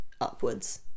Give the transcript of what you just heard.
upwards